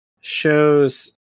shows